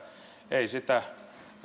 ei sitä